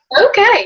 Okay